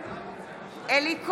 בעד אלי כהן,